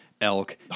Elk